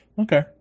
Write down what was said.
Okay